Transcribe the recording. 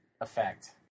effect